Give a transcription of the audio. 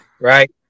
right